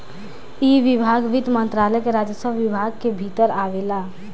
इ विभाग वित्त मंत्रालय के राजस्व विभाग के भीतर आवेला